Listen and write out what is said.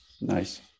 nice